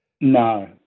No